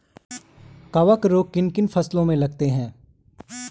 कवक रोग किन किन फसलों में लगते हैं?